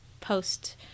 post-